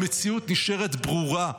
המציאות נשארת ברורה.